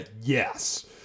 Yes